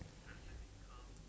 that's the income